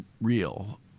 real